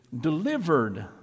delivered